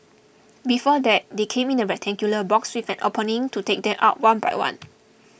before that they came in a rectangular box with an opening to take them out one by one